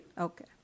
Okay